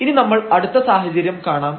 ഇനി നമ്മൾ അടുത്ത സാഹചര്യം കാണാം